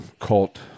cult